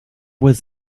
was